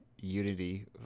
Unity